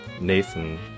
Nathan